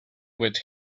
with